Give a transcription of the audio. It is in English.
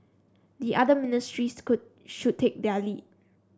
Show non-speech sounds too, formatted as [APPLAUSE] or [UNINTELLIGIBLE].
the other ministries [UNINTELLIGIBLE] should take their lead